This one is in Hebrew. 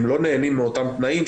הם לא נהנים מאותם תנאים,